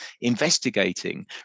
investigating